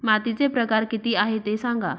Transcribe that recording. मातीचे प्रकार किती आहे ते सांगा